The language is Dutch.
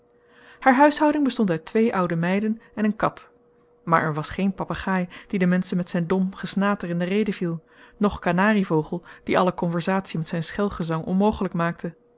haar huishouding bestond uit twee oude meiden en een kat maar er was geen papegaai die de menschen met zijn dom gesnater in de rede viel noch kanarievogel die alle conversatie met zijn schel gezang onmogelijk maakte